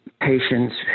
patients